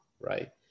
right